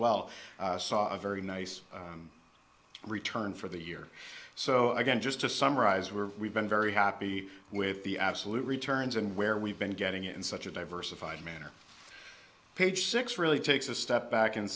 well saw a very nice return for the year so i can just to summarize we're we've been very happy with the absolute returns and where we've been getting it in such a diversified manner page six really takes a step back and